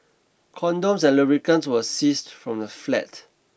condoms and lubricants were seized from the flat